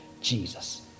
Jesus